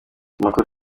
amakuru